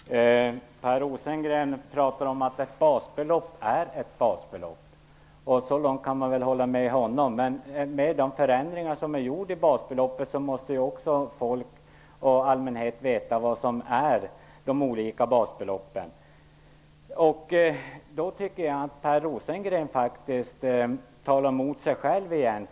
Fru talman! Per Rosengren talar om att ett basbeloppp är ett basbelopp. Så långt kan man väl hålla med honom. Men med de förändringar som gjorts av basbeloppet måste allmänheten få veta vad som är de olika basbeloppen. Jag tycker att Per Rosengren egentligen talar mot sig själv.